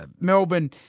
Melbourne